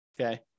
okay